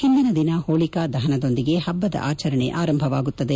ಹಿಂದಿನ ದಿನ ಹೋಳಿಕಾ ದಹನದೊಂದಿಗೆ ಹಬ್ಬದ ಆಚರಣೆ ಆರಂಭವಾಗುತ್ತದೆ